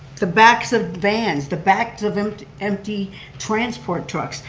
the backs of vans, the backs of empty empty transport trucks.